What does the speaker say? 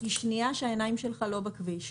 היא שנייה שהעיניים שלך לא בכביש.